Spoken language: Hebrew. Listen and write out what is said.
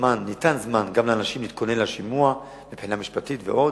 ניתן זמן לאנשים להתכונן לשימוע מבחינה משפטית ועוד.